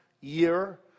year